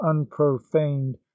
unprofaned